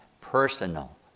personal